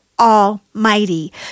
Almighty